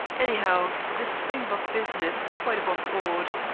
anyhow, the springbok business is quite above board.